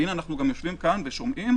ואנחנו גם יושבים פה ושומעים,